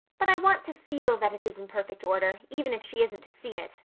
but i want to feel that it is in perfect order, even if she isn't to see it,